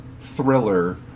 thriller